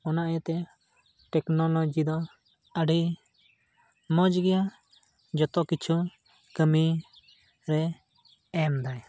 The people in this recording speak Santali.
ᱚᱱᱟ ᱤᱭᱟᱹᱛᱮ ᱴᱮᱠᱱᱳᱞᱳᱡᱤ ᱫᱚ ᱟᱹᱰᱤ ᱢᱚᱡᱽ ᱜᱮᱭᱟ ᱡᱚᱛᱚ ᱠᱤᱪᱷᱩ ᱠᱟᱹᱢᱤ ᱨᱮ ᱮᱢ ᱫᱟᱭ